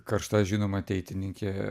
karšta žinoma ateitininkė